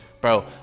bro